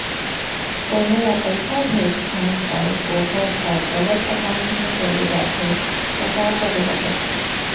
कोनो ला पइसा भेजथन अऊ वोकर ह गलत एकाउंट में चले जथे त का करे ला पड़थे?